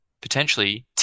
potentially